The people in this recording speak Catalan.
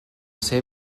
ser